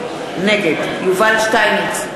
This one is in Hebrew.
נגד יובל שטייניץ,